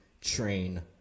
Train